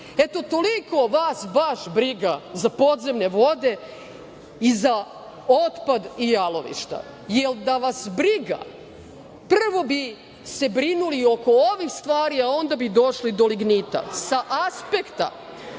Eto, toliko vaš baš briga za podzemne vode i za otpad i jalovišta, jer da vas je briga, prvo bi se brinuli oko ovih stvari, a onda bi došli do lignita. Sa aspekta